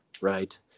right